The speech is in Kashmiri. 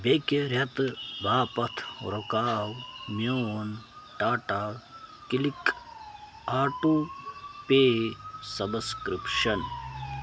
بیٛکہِ رٮ۪تہٕ باپتھ رُکاو میون Tata click auto pay subscription